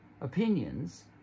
opinions